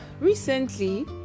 recently